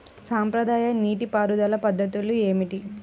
సాంప్రదాయ నీటి పారుదల పద్ధతులు ఏమిటి?